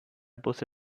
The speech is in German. busse